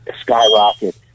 skyrocket